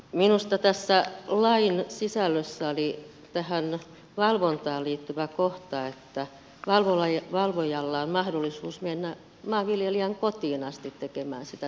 minusta tässä lain sisällössä oli tähän valvontaan liittyvä kohta että valvojalla on mahdollisuus mennä maanviljelijän kotiin asti tekemään sitä tarkastusta sisätiloihin